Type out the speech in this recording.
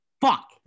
fuck